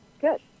good